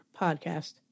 podcast